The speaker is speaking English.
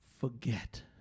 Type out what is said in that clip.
forget